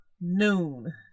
noon